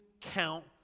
count